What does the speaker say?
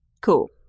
Cool